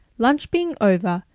lunch being over,